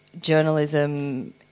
journalism